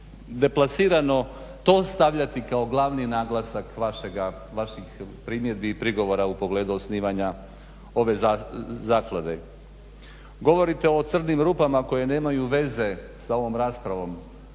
to stavljati kao glavni naglasak vaših primjedbi i prigovora u pogledu osnivanja ove zaklade. Govorite o crnim rupama koje nemaju veze sa ovom raspravom.